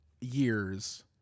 years